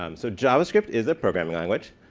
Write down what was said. um so javascript is a programming language,